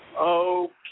Okay